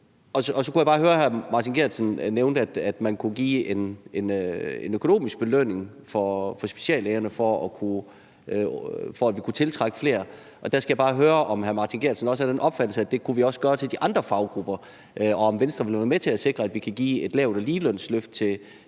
Og så kunne jeg høre, at hr. Martin Geertsen nævnte, at man kunne give en økonomisk belønning til speciallægerne, for at vi kunne tiltrække flere. Der skal jeg bare høre, om hr. Martin Geertsen også er af den opfattelse, at det kunne vi også gøre til de andre faggrupper, og om Venstre vil være med til at sikre, at vi kan give et lavt- og ligelønsløft til